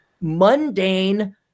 mundane